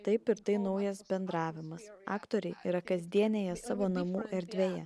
taip ir tai naujas bendravimas aktoriai yra kasdienėje savo namų erdvėje